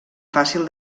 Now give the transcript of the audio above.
fàcil